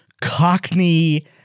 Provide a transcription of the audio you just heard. cockney